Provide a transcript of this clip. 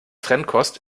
trennkost